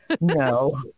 No